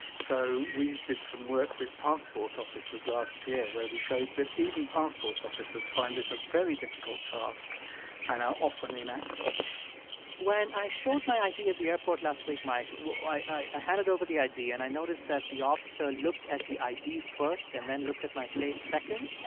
so we did some work with passport officers last year, where we showed that even passport officers find this a very difficult task and are often inaccurate when i showed my id at the airport last week, mike, i handed over the id and i noticed that the officer looked at the id first and then looked at my face second.